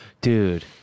dude